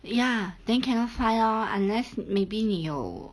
ya then cannot find lor unless maybe 你有